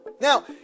Now